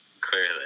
Clearly